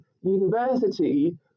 university